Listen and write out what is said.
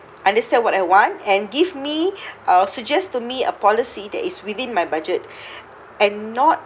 understand what I want and give me uh suggest to me a policy that is within my budget and not